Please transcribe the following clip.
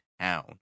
town